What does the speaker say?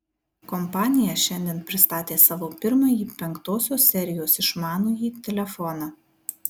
kompanija šiandien pristatė savo pirmąjį penktosios serijos išmanųjį telefoną